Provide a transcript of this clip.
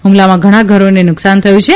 હ્મલામાં ઘણા ઘરોને નુકસાન થયું છે